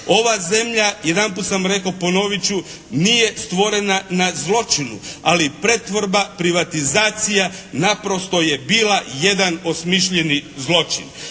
Ova zemlja jedanput sam rekao ponovit ću nije stvorena na zločinu, ali pretvorba, privatizacija naprosto je bila jedan osmišljeni zločin.